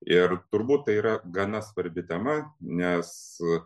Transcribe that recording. ir turbūt tai yra gana svarbi tema nes į